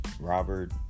Robert